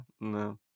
no